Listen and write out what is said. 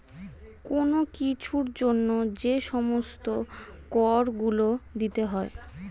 কোন কিছুর জন্য যে সমস্ত কর গুলো দিতে হয়